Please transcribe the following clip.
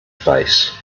face